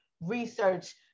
research